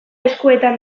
eskuetan